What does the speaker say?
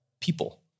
people